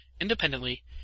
independently